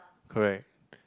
correct